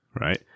right